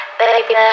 baby